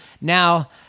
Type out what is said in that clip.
Now